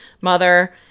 Mother